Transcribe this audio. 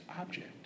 object